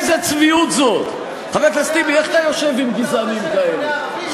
אתה רוצה שאני אפנה ערבים?